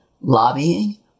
lobbying